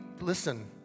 listen